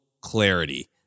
clarity